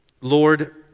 Lord